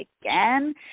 again